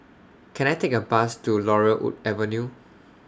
Can I Take A Bus to Laurel Wood Avenue